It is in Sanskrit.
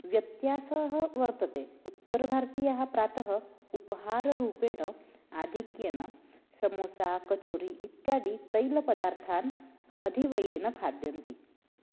व्यत्यासः वर्तते उत्तरभारतीयः प्रातः उपाहाररूपेण आधिक्येन समोसा कचोरि इत्यादितैलपदार्थान् अधिवयेन खाद्यन्ते